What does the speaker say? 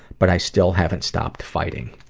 but i still haven't stopped fighting.